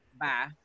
Bye